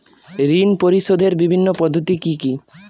ঋণ পরিশোধের বিভিন্ন পদ্ধতি কি কি?